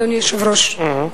אדוני היושב-ראש.